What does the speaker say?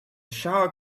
shower